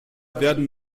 werden